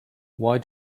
why